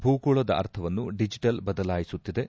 ಭೂಗೋಳದ ಅರ್ಥವನ್ನು ಡಿಜಿಟಲ್ ಬದಲಾಯಿಸುತ್ತಿದೆ